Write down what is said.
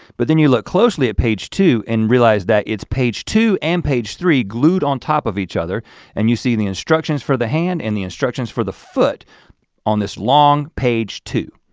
but then you look closely at page two and realize that it's page two and page three glued on top of each other and you see the instructions for the hand and the instructions for the foot on this long page two.